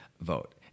vote